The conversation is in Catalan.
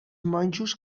monjos